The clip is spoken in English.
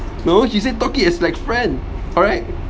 no he said talk it as like friend correct